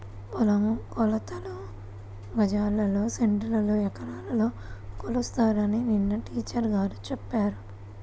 పొలం కొలతలు గజాల్లో, సెంటుల్లో, ఎకరాల్లో కొలుస్తారని నిన్న టీచర్ గారు చెప్పారు